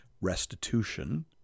restitution